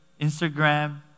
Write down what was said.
Instagram